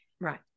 Right